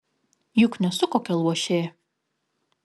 juk nesu kokia luošė